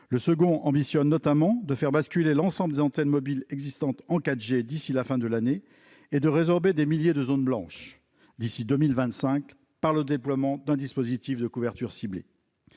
Le second a notamment pour ambition de faire basculer l'ensemble des antennes mobiles existantes en 4G d'ici à la fin de l'année et de résorber des milliers de zones blanches d'ici à 2025, par le déploiement d'un dispositif de couverture ciblée.